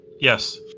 Yes